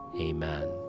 Amen